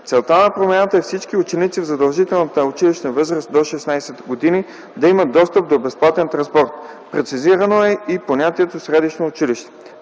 Целта на промяната е всички ученици в задължителна училищна възраст, до 16 години, да имат достъп до безплатен транспорт. Прецизирано е и понятието „средищно училище”.